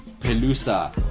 Pelusa